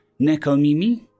Nekomimi